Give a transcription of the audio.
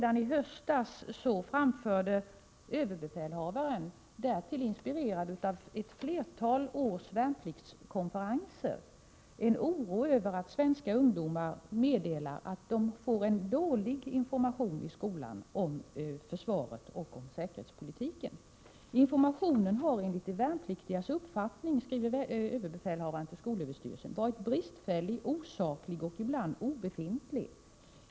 Redan i höstas framförde överbefälhavaren — därtill inspirerad av värnpliktskonferenser under ett flertal år — en oro över att svenska ungdomar meddelar att de får en dålig information i skolan om försvaret och om säkerhetspolitiken. ”Informationen har, enligt de värnpliktigas uppfattning,” — skriver överbefälhavaren till skolöverstyrelsen — ”varit bristfällig, osaklig och ibland obefintlig.